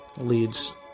leads